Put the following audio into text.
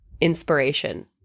inspiration